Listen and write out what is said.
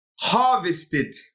harvested